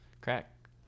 crack